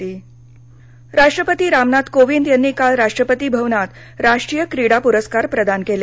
क्रीडा परस्कार राष्ट्रपती रामनाथ कोविन्द यांनी काल राष्ट्रपती भवनात राष्ट्रीय क्रीडा पुरस्कार प्रदान केले